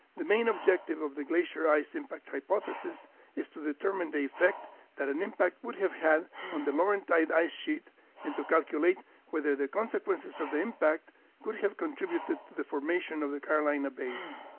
the main objective of the glacier ice impact hypothesis is to determine the effect that an impact would have had on the laurentide ice sheet and to calculate whether the consequences of the impact could have contributed to the formation of the carolina bays.